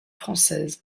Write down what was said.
française